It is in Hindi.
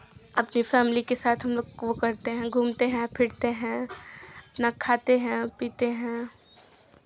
आपके फैमिली के साथ हमलोग वो करते हैं घूमते हैं फिरते हैं अपना खाते हैं पीते हैं